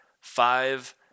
Five